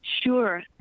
Sure